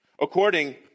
According